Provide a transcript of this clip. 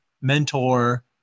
mentor